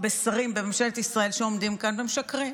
בשרים בממשלת ישראל שעומדים כאן ומשקרים.